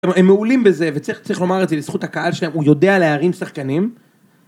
הם מעולים בזה וצריך לומר את זה לזכות הקהל שלהם הוא יודע להרים שחקנים.